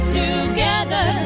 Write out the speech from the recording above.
together